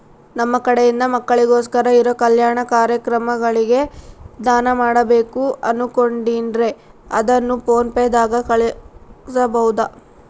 ನಮ್ಮ ಕಡೆಯಿಂದ ಮಕ್ಕಳಿಗೋಸ್ಕರ ಇರೋ ಕಲ್ಯಾಣ ಕಾರ್ಯಕ್ರಮಗಳಿಗೆ ದಾನ ಮಾಡಬೇಕು ಅನುಕೊಂಡಿನ್ರೇ ಅದನ್ನು ಪೋನ್ ಪೇ ದಾಗ ಕಳುಹಿಸಬಹುದಾ?